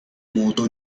modo